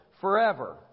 forever